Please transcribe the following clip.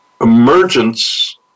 emergence